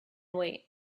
wait